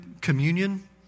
communion